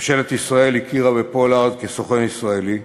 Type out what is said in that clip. ממשלת ישראל הכירה בפולארד כסוכן ישראלי,